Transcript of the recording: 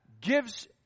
gives